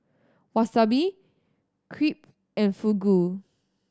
Wasabi Crepe and Fugu